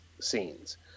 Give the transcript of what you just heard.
scenes